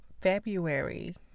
February